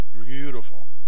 beautiful